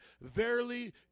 Verily